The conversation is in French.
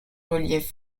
reliefs